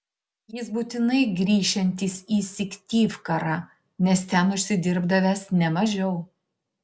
jis būtinai grįšiantis į syktyvkarą nes ten užsidirbdavęs ne mažiau